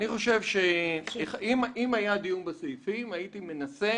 אני אומר שאם היה דיון בסעיפים הייתי מנסה